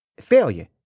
failure